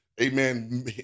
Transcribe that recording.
amen